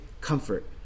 comfort